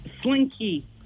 slinky